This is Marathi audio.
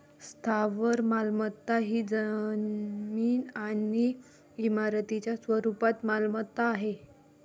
स्थावर मालमत्ता ही जमीन आणि इमारतींच्या स्वरूपात मालमत्ता आहे